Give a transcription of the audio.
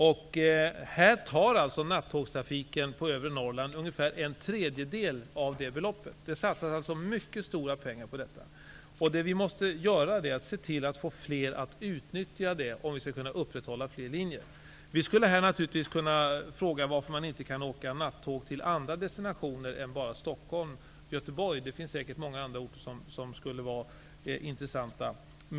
Nattågstrafiken som går över övre Norrland drar ungefär en tredjedel av det beloppet. Mycket stora pengar satsas alltså på detta. Men för att kunna upprätthålla fler linjer måste vi se till att den här trafiken utnyttjas. Naturligtvis skulle man kunna fråga sig varför man inte kan åka nattåg till andra destinationer än bara Stockholm och Göteborg. Det finns säkert många andra orter som skulle vara intressanta i det här sammanhanget.